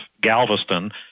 Galveston